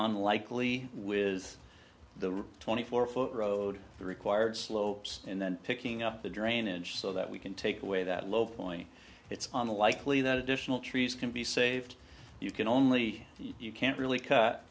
unlikely with the twenty four foot road the required slopes and then picking up the drainage so that we can take away that low point it's unlikely that additional trees can be saved you can only you can't really cut